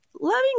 loving